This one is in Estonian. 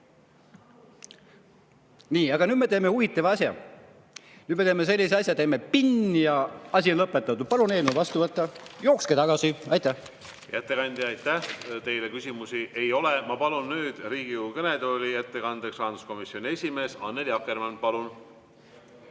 Nii. Aga nüüd me teeme huvitava asja. Nüüd me teeme sellise asja, teeme: "Pinn!" ja asi on lõpetatud. Palun eelnõu vastu võtta. Jookske tagasi. Aitäh! Hea ettekandja, aitäh! Teile küsimusi ei ole. Ma palun nüüd Riigikogu kõnetooli ettekandeks rahanduskomisjoni esimehe Annely Akkermanni. Palun!